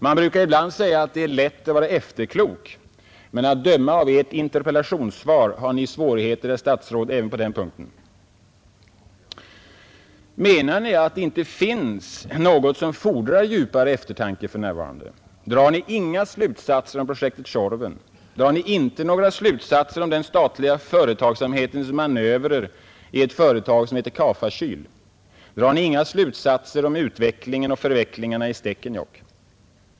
Man säger ibland att det är lätt att vara efterklok. Men att döma av Ert interpellationssvar har Ni, herr statsråd, svårigheter även på den punkten. Menar Ni att det för närvarande inte finns något som fordrar djupare eftertanke? Drar Ni inga slutsatser om projektet Tjorven? Drar Ni inte några slutsatser om den statliga företagsamhetens manövrer i ett företag som Ka-Fa Kyl? Drar Ni inga slutsatser om utvecklingen och förvecklingarna i Stekenjokk?